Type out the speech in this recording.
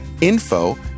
info